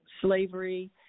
slavery